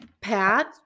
Pat